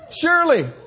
Surely